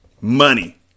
Money